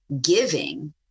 giving